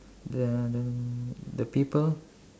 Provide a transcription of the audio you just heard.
the the the people